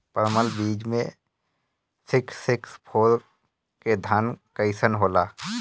परमल बीज मे सिक्स सिक्स फोर के धान कईसन होला?